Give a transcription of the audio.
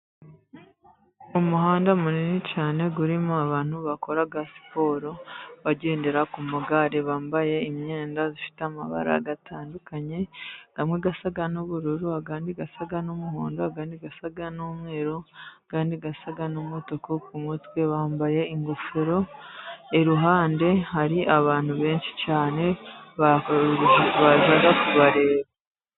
Umuhanda munini cyane, urimo abantu bakora siporo bagendera ku magare, bambaye imyenda ifite amabara atandukanye amwe asa n'ubururu, andi asa n'umuhondo, andi asa n'umweru, andi asa n'umutuku. Ku mutwe bambaye ingofero, iruhande hari abantu benshi cyane baza kubareba.